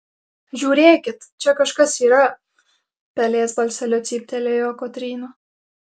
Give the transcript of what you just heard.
žiūrėkit čia kažkas yra pelės balseliu cyptelėjo kotryna